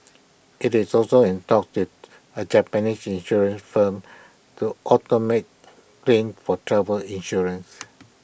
IT is also in talks with A Japanese insurance firm to automate claims for travel insurance